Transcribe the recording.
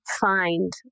find